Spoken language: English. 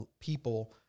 people